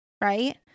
Right